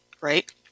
right